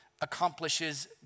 accomplishes